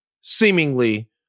seemingly